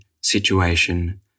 Situation